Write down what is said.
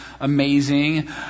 amazing